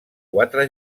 quatre